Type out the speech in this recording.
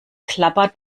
klappert